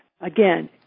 again